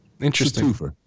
Interesting